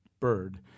bird